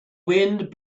wind